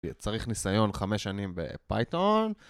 צריך ניסיון חמש שנים בפייתון